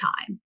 time